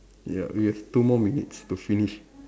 ya we have two more minutes to finish